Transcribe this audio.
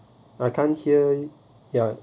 I can't hear ya